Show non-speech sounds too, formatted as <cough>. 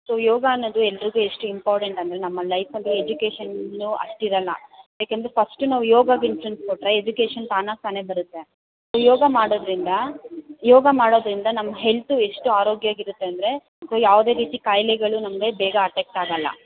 so yoga ಅನ್ನೋದು ಎಲ್ಲರಿಗು ಎಷ್ಟು ಇಂಪಾಡೆಂಟ್ ಅಂದರೆ ನಮ್ಮ ಲೈಫಲ್ಲಿ ಎಜುಕೇಷನ್ನು ಅಷ್ಟು ಇರಲ್ಲ ಏಕೆಂದರೆ ಫಸ್ಟು ನಾವು ಯೋಗಗೆ <unintelligible> ಕೊಟ್ಟರೆ ಎಜುಕೇಷನ್ ತಾನಾಗಿ ತಾನೇ ಬರುತ್ತೆ ಯೋಗ ಮಾಡೋದರಿಂದ ಯೋಗ ಮಾಡೋದರಿಂದ ನಮ್ಮ ಹೆಲ್ತು ಎಷ್ಟು ಆರೋಗ್ಯಾಗಿರುತ್ತೆ ಅಂದರೆ ಯಾವುದೇ ರೀತಿ ಕಾಯಿಲೆಗಳು ನಮಗೆ ಬೇಗ ಅಟ್ಯಾಕ್ ಆಗೋಲ್ಲ